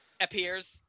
appears